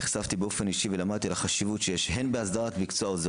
נחשפתי באופן אישי ולמדתי על החשיבות שיש בהסדרת מקצוע עוזר